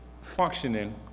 functioning